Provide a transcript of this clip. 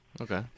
Okay